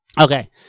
Okay